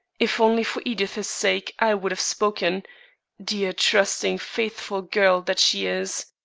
if only for edith's sake i would have spoken dear, trusting, faithful girl that she is!